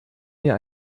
mir